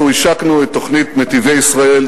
אנחנו השקנו את תוכנית "נתיבי ישראל",